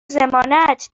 ضمانت